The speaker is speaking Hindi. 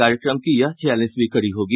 कार्यक्रम की यह छियालीसवीं कड़ी होगी